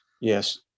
yes